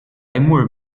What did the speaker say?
jmur